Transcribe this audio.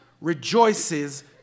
rejoices